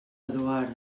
eduard